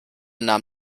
nahm